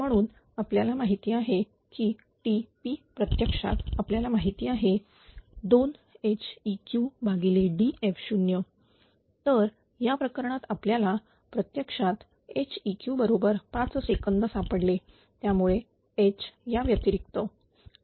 म्हणून आपल्याला माहिती आहे की TP प्रत्यक्षात आपल्याला माहिती आहे 2Heq Df0 या प्रकरणात आपल्याला प्रत्यक्षात Heq बरोबर 5 सेकंद सापडले त्यामुळेच H याव्यतिरिक्त